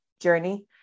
journey